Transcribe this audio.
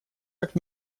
как